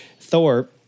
Thor